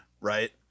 right